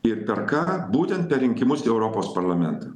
ir per ką būtent per rinkimus į europos parlamentą